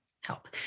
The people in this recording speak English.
help